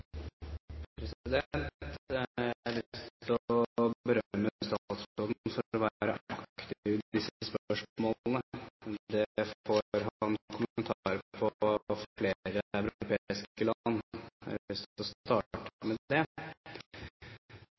til å berømme statsråden for å være aktiv i disse spørsmålene. Det får han kommentarer på av flere europeiske land. Jeg har lyst til å starte med det.